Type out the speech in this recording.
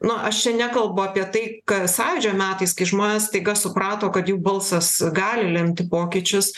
nu aš čia nekalbu apie tai kas sąjūdžio metais kai žmonės staiga suprato kad jų balsas gali lemti pokyčius